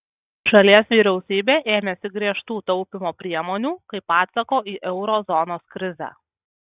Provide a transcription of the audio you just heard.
šalies vyriausybė ėmėsi griežtų taupymo priemonių kaip atsako į euro zonos krizę